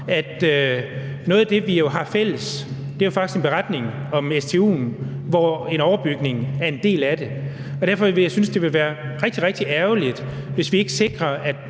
at noget af det, vi jo har fælles, faktisk er beretningen om stu'en, hvor en overbygning er en del af det. Derfor synes jeg, det ville være rigtig, rigtig ærgerligt, hvis ikke vi sikrer,